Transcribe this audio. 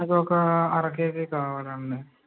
అదొక అర కేజీ కావాలండి